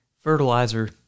Fertilizer